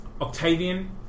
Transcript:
Octavian